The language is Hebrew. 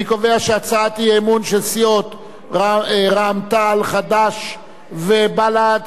אני קובע שהצעת האי-אמון של סיעות רע"ם-תע"ל חד"ש ובל"ד,